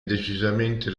decisamente